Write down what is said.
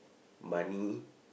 money